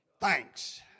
Thanks